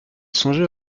songeait